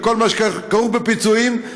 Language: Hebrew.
בכל מה שכרוך בפיצויים,